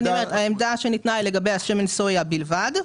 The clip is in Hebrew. העמדה ניתנה לגבי שמן הסויה בלבד.